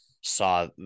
saw